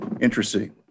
Interesting